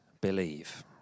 believe